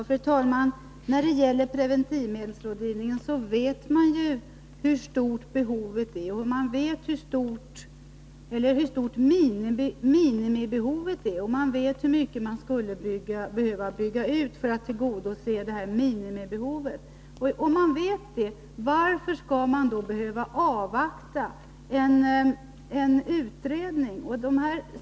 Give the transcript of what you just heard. Fru talman! När det gäller preventivmedelsrådgivningen vet man hur stort minimibehovet är, och man vet hur mycket man skulle behöva bygga ut rådgivningen för att tillgodose detta minimibehov. När man vet det, varför behöver man då avvakta en utredning?